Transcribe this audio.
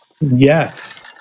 Yes